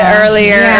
earlier